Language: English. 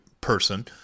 person